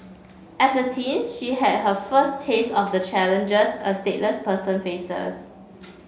as a teen she had her first taste of the challenges a stateless person faces